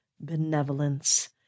benevolence